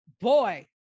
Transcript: boy